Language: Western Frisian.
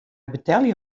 betelje